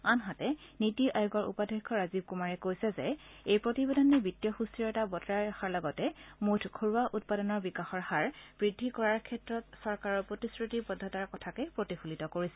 আনহাতে নিটি আয়োগৰ উপাধ্যক্ষ ৰাজীৱ কুমাৰে কৈছে যে এই প্ৰতিবেদনে বিত্তীয় সুস্থিৰতা বৰ্তাই ৰখাৰ লগতে মুঠ ঘৰুৱা উৎপাদনৰ বিকাশৰ হাৰ বৃদ্ধি কৰাৰ ক্ষেত্ৰত চৰকাৰৰ প্ৰতিশ্ৰতিবদ্ধতাৰ কথাকে প্ৰতিফলিত কৰিছে